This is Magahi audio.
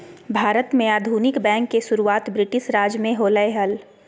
भारत में आधुनिक बैंक के शुरुआत ब्रिटिश राज में होलय हल